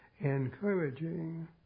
encouraging